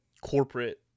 corporate